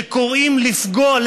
שקוראים לפגוע,